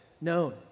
known